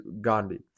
Gandhi